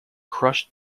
crush